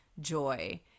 Joy